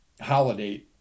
holiday